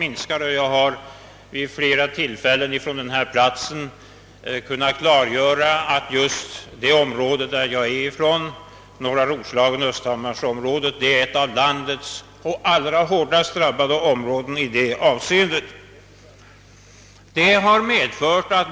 Såsom jag vid flera tillfällen från denna talarstol haft anledning framhålla är norra Roslagen och östhammarsområdet, alltså min hembygd, ett av landets allra hårdast drabbade områden i detta avseende.